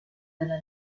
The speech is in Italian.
della